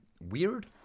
weird